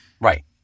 Right